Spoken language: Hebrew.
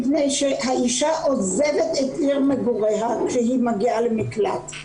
משום שהאישה עוזבת את עיר מגוריה כשהיא עוברת למקלט.